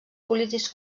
polítics